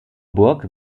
burg